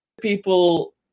people